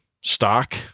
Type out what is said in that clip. stock